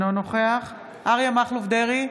אינו נוכח אריה מכלוף דרעי,